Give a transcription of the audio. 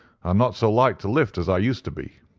i'm not so light to lift as i used to be.